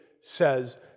says